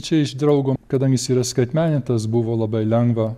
čia iš draugo kadan jis yra skatmenintas buvo labai lengva